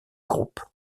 groupe